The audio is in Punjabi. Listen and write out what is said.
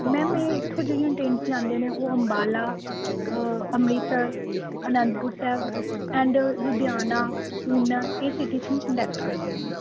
ਮੈਮ ਇਹ ਇੱਥੋਂ ਜਿਹੜੀਆਂ ਟ੍ਰੇਨਸ ਜਾਂਦੇ ਨੇ ਉਹ ਅੰਬਾਲਾ ਅੰਮ੍ਰਿਤਸਰ ਆਨੰਦਪੁਰ ਸਾਹਿਬ ਐਂਡ ਲੁਧਿਆਣਾ ਊਨਾ ਇਹ ਸਿਟੀਜ਼ ਨੂੰ ਕਨੈਕਟ ਕਰਦੀਆਂ ਨੇ